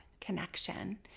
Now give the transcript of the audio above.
connection